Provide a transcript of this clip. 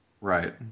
right